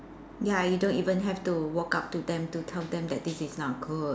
ya you don't even have to walk up to them to tell them that this is not good